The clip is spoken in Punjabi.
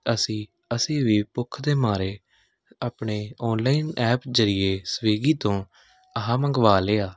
ਅਸੀਂ ਅਸੀਂ ਵੀ ਭੁੱਖ ਦੇ ਮਾਰੇ ਆਪਣੇ ਔਨਲਾਈਨ ਐਪ ਜਰੀਏ ਸਵੀਗੀ ਤੋਂ ਆਹ ਮੰਗਵਾ ਲਿਆ